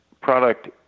product